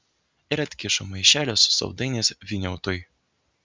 ir atkišo maišelį su saldainiais vyniautui